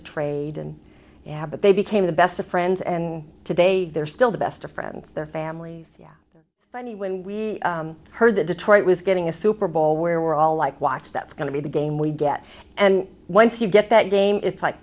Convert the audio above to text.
a trade and yeah but they became the best of friends and today they're still the best of friends their families funny when we heard that detroit was getting a super bowl where we're all like watch that's going to be the game we get and once you get that game it's like